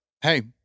hey